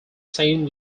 saint